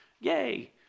yay